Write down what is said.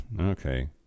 Okay